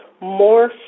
more